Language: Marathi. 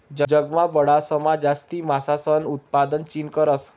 जगमा बठासमा जास्ती मासासनं उतपादन चीन करस